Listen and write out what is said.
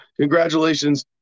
Congratulations